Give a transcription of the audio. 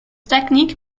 technique